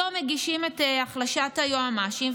היום מגישים את החלשת היועמ"שים,